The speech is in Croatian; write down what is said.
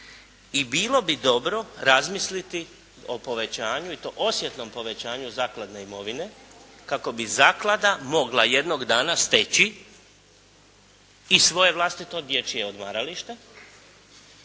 i bilo bi dobro razmisliti o povećanju i to osjetnom povećanju zakladne imovine kako bi zaklada mogla jednog dana steći i svoje vlastito dječje odmaralište,